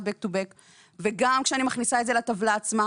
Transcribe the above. Back to back וגם כשאני מכניסה את זה לטבלה עצמה,